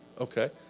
Okay